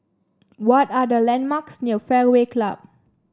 what are the landmarks near Fairway Club